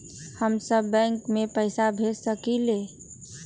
हम सब बैंक में पैसा भेज सकली ह?